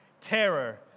terror